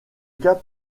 cas